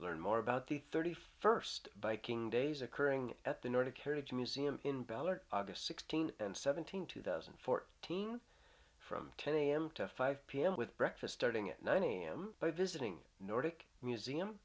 learn more about the thirty first biking days occurring at the nordic heritage museum in ballard august sixteenth and seventeenth two thousand and four teams from ten am to five pm with breakfast starting at nine am by visiting nordic museum